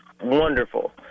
wonderful